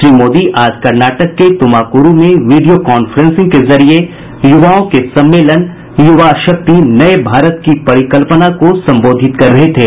श्री मोदी आज कर्नाटक के तुमाकुरु में वीडिया कांफ्रेंसिंग के जरिए युवाओं के सम्मेलन युवा शक्तिनये भारत की परिकल्पना को संबोधित कर रहे थे